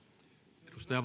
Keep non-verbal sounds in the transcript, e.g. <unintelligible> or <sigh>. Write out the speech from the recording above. arvoisa <unintelligible>